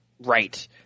right